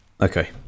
Okay